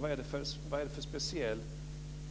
Vad är det för speciell